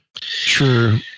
True